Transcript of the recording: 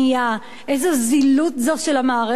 איזו זילות של המערכת הפוליטית.